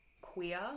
queer